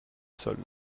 seuls